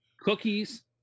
Cookies